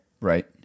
Right